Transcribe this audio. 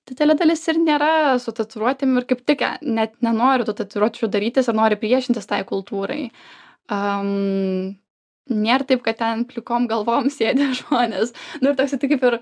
didelė dalis ir nėra su tatuiruotėm ir kaip tik net nenori tų tatuiruočių darytis ir nori priešintis tai kultūrai a nėr taip kad ten plikom galvom sėdi žmonės nu ir toks tai kaip ir